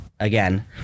Again